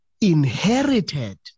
inherited